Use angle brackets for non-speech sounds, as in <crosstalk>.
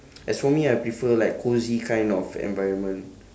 <noise> as for me I prefer like cosy kind of environment